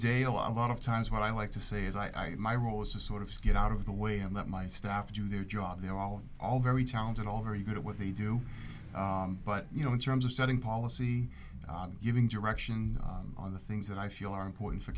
day a lot of times what i like to say is i my role is to sort of get out of the way and let my staff do their job they're all all very talented all very good at what they do but you know in terms of setting policy giving directions on the things that i feel are important for